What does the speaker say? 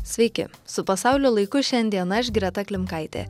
sveiki su pasaulio laiku šiandien aš greta klimkaitė